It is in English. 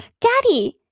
Daddy